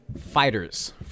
Fighters